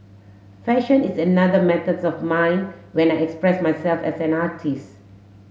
fashion is another methods of mine when I express myself as an artist